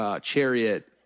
chariot